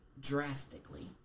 drastically